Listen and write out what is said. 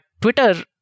Twitter